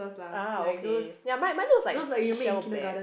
ah okay ya mine mine looks like seashell bag